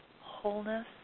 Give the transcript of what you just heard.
wholeness